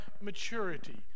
maturity